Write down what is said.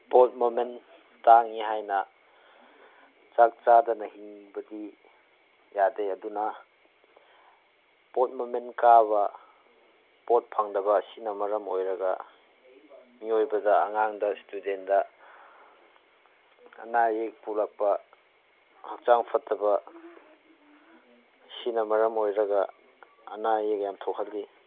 ꯄꯣꯠ ꯃꯃꯜ ꯇꯥꯡꯏ ꯍꯥꯏꯅ ꯆꯥꯛ ꯆꯥꯗꯅ ꯍꯤꯡꯕꯒꯤ ꯌꯥꯗꯦ ꯑꯗꯨꯅ ꯄꯣꯠ ꯃꯃꯜ ꯀꯥꯕ ꯄꯣꯠ ꯐꯪꯗꯕ ꯑꯁꯤꯅ ꯃꯔꯝ ꯑꯣꯏꯔꯒ ꯃꯤꯑꯣꯏꯕꯒ ꯑꯉꯥꯡꯗ ꯏꯁꯇꯨꯗꯦꯟꯗ ꯑꯅꯥ ꯑꯌꯦꯛ ꯄꯣꯛꯂꯛꯄ ꯍꯛꯆꯥꯡ ꯐꯠꯇꯕ ꯁꯤꯅ ꯃꯔꯝ ꯑꯣꯏꯔꯒ ꯑꯅꯥ ꯑꯌꯦꯛ ꯌꯥꯝ ꯊꯣꯛꯍꯜꯂꯤ